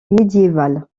médiéval